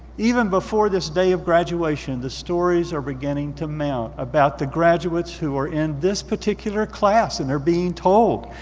even before this day of graduation, the stories are beginning to mount about the graduates who are in this particular class, and they're being told.